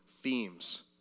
themes